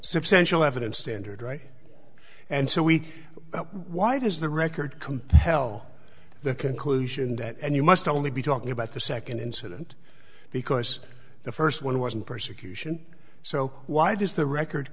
substantial evidence standard right and so we why does the record compel the conclusion that and you must only be talking about the second incident because the first one wasn't persecution so why does the record